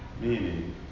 Meaning